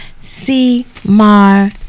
C-Mar